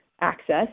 access